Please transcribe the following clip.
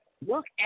look